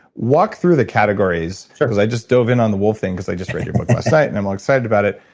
walk through the categories sure because i just dove in on the wolf thing because i just read your book last night and i'm all excited about it.